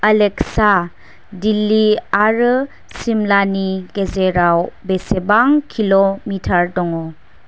Alexa Delhi आरो सिमलानि गेजेराव बेसेबां किल'मिटार दङ